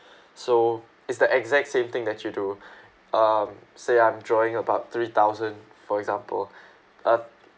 so it's the exact same thing that you do um say I'm drawing about three thousand for example uh